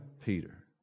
Peter